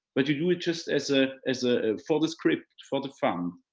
but you do it just as ah as a, for the script, for the fun.